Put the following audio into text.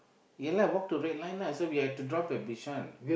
ya lah walk to red line lah so we have to drop at Bishan